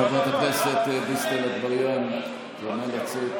חברת הכנסת דיסטל אטבריאן, נא לצאת.